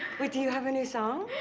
wait, do you have a new song?